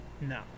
no